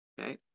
okay